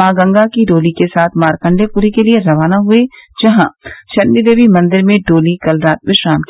मां गंगा की डोली के साथ मारकंडे पूरी के लिए रवाना हुए जहां चंडीदेवी मंदिर में डोली कल रात विश्राम किया